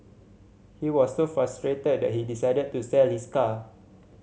he was so frustrated that he decided to sell his car